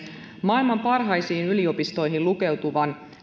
maailman parhaisiin yliopistoihin lukeutuvan